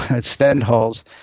Stendhal's